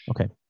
Okay